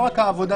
זה לא רק העבודה,